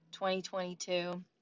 2022